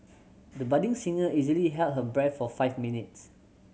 the budding singer easily held her breath for five minutes